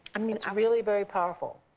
i mean it's really very powerful,